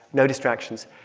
no distractions.